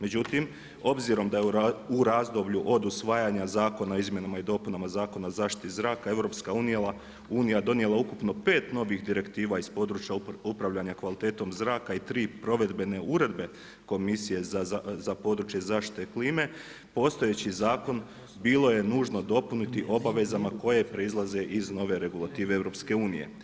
Međutim, obzirom da je u razdoblju od usvajanja Zakona o izmjenama i dopunama Zakona o zaštiti zraka EU donijela ukupno pet novih direktiva iz područja upravljanja kvalitetom zraka i tri provedbene uredbe Komisije za područje zaštite klime postojeći zakon bilo je nužno dopuniti obavezama koje proizlaze iz nove regulative EU.